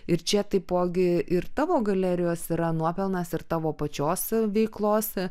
ir čia taipogi ir tavo galerijos yra nuopelnas ir tavo pačios veiklos